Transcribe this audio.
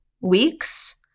weeks